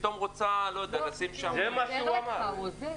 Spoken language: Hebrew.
זה מה שהוא אמר.